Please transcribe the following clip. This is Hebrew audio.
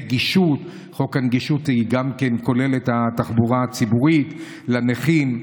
וחוק הנגישות כולל גם את התחבורה הציבורית לנכים.